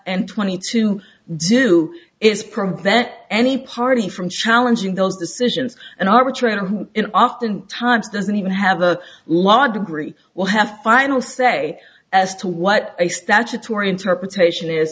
and twenty two do is prevent any party from challenging those decisions an arbitrator who oftentimes doesn't even have a law degree will have final say as to what a statutory interpretation is